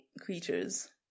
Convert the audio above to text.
creatures